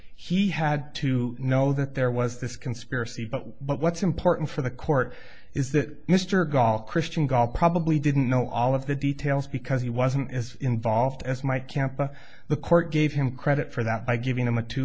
he had to know that there was this conspiracy but what's important for the court is that mr gault christian god probably didn't know all of the details because he wasn't as involved as might count but the court gave him credit for that by giving